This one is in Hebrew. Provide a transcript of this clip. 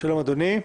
שלום אדוני.